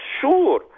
sure